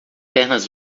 pernas